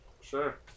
Sure